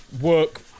work